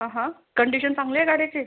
आ हा कंडीशन चांगली आहे गाडीची